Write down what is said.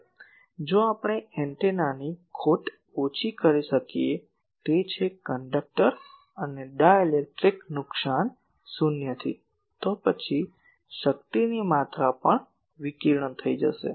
હવે જો આપણે એન્ટેનાની ખોટ ઓછી કરી શકીએ તે છે કંડક્ટર અને ડાઇલેક્ટ્રિક નુકસાન શૂન્યથી તો પછી શક્તિની માત્રા પણ વિકિરણ થઈ જશે